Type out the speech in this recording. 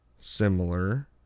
similar